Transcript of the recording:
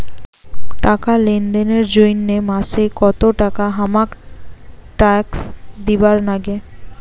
টাকা লেনদেন এর জইন্যে মাসে কত টাকা হামাক ট্যাক্স দিবার নাগে?